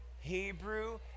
Hebrew